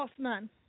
Bossman